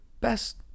best